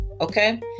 okay